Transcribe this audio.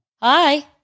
Hi